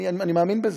אני מאמין בזה,